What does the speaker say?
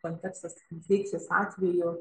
kontekstas deiksės atveju